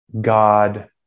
God